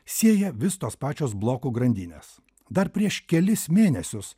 sieja vis tos pačios blokų grandinės dar prieš kelis mėnesius